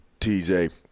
TJ –